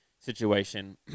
situation